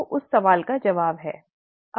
तो उस सवाल का जवाब है